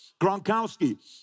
Gronkowski